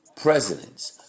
presidents